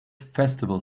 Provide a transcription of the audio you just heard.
festival